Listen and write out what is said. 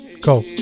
go